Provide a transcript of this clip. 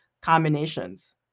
combinations